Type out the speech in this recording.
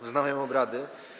Wznawiam obrady.